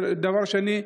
ודבר שני,